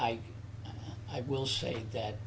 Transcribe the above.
i i will say that